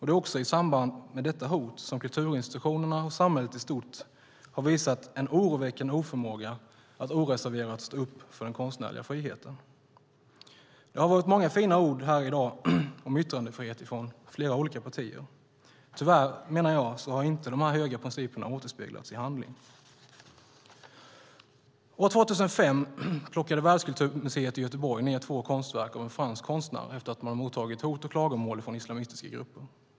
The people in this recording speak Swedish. Det är också i samband med detta hot som kulturinstitutionerna och samhället i stort har visat en oroväckande oförmåga att oreserverat stå upp för den konstnärliga friheten. Jag har hört många fina ord här i dag om yttrandefrihet från flera olika partier. Tyvärr, menar jag, har inte de höga principerna återspeglats i handling. År 2005 plockade Världskulturmuseet i Göteborg ned två konstverk av en fransk konstnär efter att man mottagit hot och klagomål från islamistiska grupper.